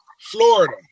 Florida